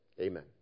amen